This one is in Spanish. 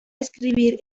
escribir